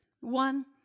One